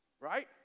Right